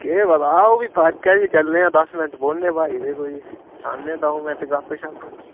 केह् पता आओ फ्ही पार्कै च चलने आं दस मैंट्ट बौह्ने भाई ते कोई लान्ने आ दो मैंट गपशप